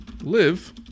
live